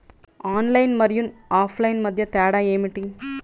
Online మరియు offline మధ్య తేడా ఏమిటీ?